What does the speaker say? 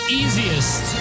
easiest